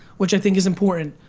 which i think is important.